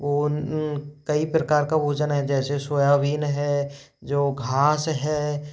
वो उन कई प्रकार का भोजन है जैसे सोयाबीन है जो घास है